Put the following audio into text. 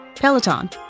Peloton